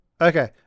Okay